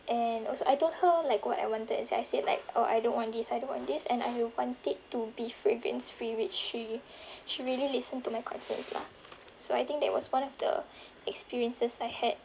and also I told her like what I wanted as I said like oh I don't want this I don't want this and I want it to be fragrance-free which she she really listen to my concerns lah so I think that was one of the experiences I had